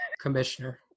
commissioner